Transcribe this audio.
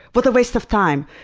what a waste of time.